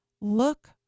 look